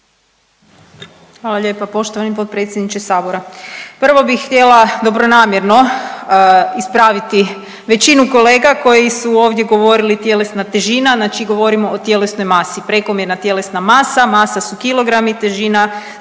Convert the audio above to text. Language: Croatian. Hvala lijepa poštovani potpredsjedniče sabora. Prvo bih htjela dobronamjerno ispraviti većinu kolega koji su ovdje govorili tjelesna težina, dakle govorimo o tjelesnoj masi, prekomjerna tjelesna masa, masa su kilogrami, težina